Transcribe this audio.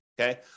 okay